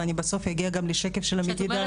ואני בסוף אגיע לשקף של המדידה.